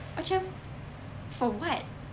macam for what